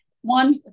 one